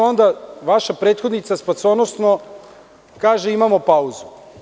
Onda vaša prethodnica spasonosno kaže – imamo pauzu.